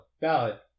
valid